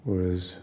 Whereas